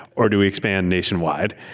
or do we expand nationwide?